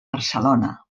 barcelona